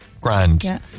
Grand